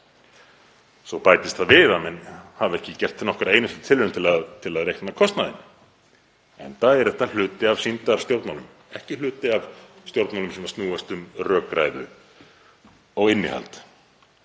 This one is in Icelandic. Svo bætist það við að menn hafa ekki gert nokkra einustu tilraun til að reikna kostnaðinn, enda er þetta hluti af sýndarstjórnmálum, ekki hluti af stjórnmálum sem snúast um rökræðu og innihald.